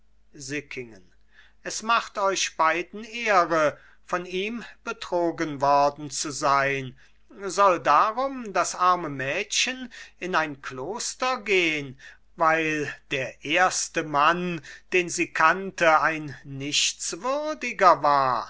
sickingen es macht euch beiden ehre von ihm betrogen worden zu sein soll darum das arme mädchen in ein kloster gehn weil der erste mann den sie kannte ein nichtswürdiger war